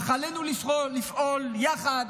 אך עלינו לפעול יחד